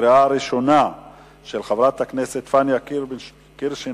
של חברת הכנסת פניה קירשנבאום,